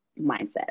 mindset